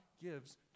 gives